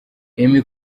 emmy